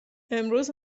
امروز